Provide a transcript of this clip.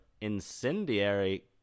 incendiary